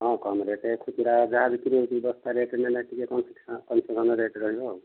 ହଁ କମ ରେଟ୍ ଖୁଚୁରା ଯାହା ବିକ୍ରି ହେଉଛି ବସ୍ତା ରେଟ୍ ନେଲେ ଟିକେ କ'ଣ କନ୍ସେସନ ରେଟ୍ ରହିବ ଆଉ